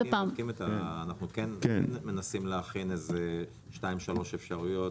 --- אנחנו כן מנסים להכין איזה שתיים-שלוש אפשרויות